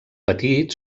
petit